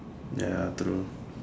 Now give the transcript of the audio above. ya true